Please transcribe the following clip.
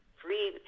free